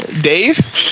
Dave